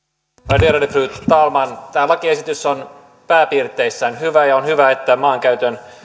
värderade fru talman tämä lakiesitys on pääpiirteissään hyvä ja on hyvä että